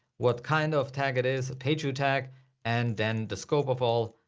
what kind of tag it is a pageview tag and then the scope of all,